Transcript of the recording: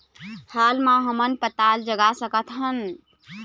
हाल मा हमन पताल जगा सकतहन?